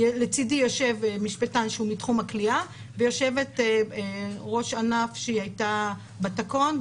לצידי יושב המשפטן מתחום הכליאה ויושבת-ראש ענף שהייתה בתקון,